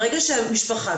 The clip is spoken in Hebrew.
ברגע שהמשפחה,